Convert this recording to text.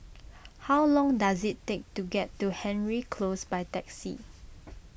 how long does it take to get to Hendry Close by taxi